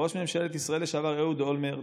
ראש ממשלת ישראל לשעבר אהוד אולמרט,